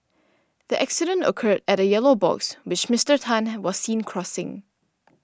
the accident occurred at a yellow box which Mister Tan was seen crossing